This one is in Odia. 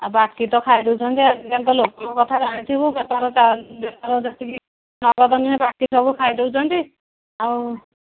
ଆଉ ବାକି ତ ଖାଇଦେଉଛନ୍ତି ଆଜିକାଲି ତ ଲୋକଙ୍କ କଥା ଜାଣିଥିବୁ ବେପାର ବେପାର ଯେତିକି ନଗଦ ନେବେ ବାକି ସବୁ ଖାଇଦେଉନ୍ତି ଆଉ